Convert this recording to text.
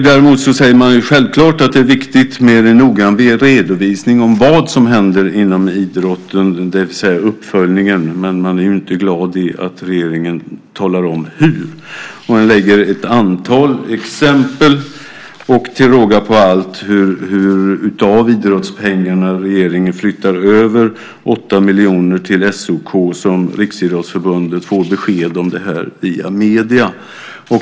Däremot säger man att det självklart är viktigt med en noggrann redovisning av vad som händer inom idrotten, det vill säga uppföljningen. Men man är inte glad över att regeringen talar om hur . Man har ett antal exempel och talar om hur, till råga på allt, regeringen av idrottspengarna flyttar över 8 miljoner till SOK. Riksidrottsförbundet får besked om detta via medierna.